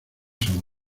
san